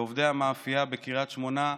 לעובדי המאפייה בקריית שמונה,